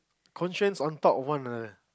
constrains on top one another